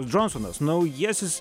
džonsonas naujasis